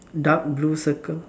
dark blue circle